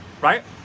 right